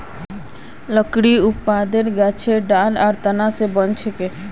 लकड़ी उत्पादन गाछेर ठाल आर तना स बनछेक